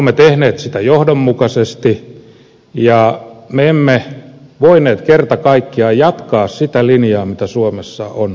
me olemme tehneet sitä johdonmukaisesti ja me emme voineet kerta kaikkiaan jatkaa sitä linjaa jota suomessa on tehty